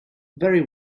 very